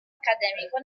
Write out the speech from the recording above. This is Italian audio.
accademico